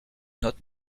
not